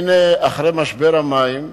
הנה, אחרי משבר המים,